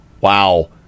Wow